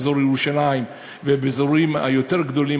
באזור ירושלים ובאזורים היותר-גדולים,